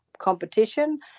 Competition